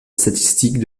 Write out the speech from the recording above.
statistique